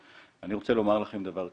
אני רוצה לומר לכם דבר כזה,